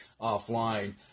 offline